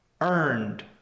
earned